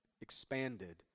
expanded